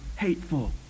hateful